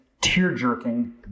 tear-jerking